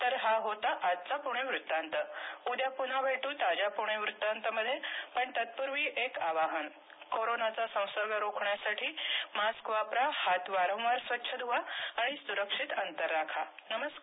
तर हा होता आजचा पुणे वृत्तांत उद्या पुन्हा भेटू ताज्या पुणे वृत्तांत मध्ये पण तत्पूर्वी एक आवाहन कोरोनाचा संसर्ग रोखण्यासाठी मास्क वापरा हात वारंवार स्वच्छ धुवा आणि सुरक्षित अंतर राखा नमस्कार